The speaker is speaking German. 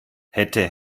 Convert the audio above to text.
hätte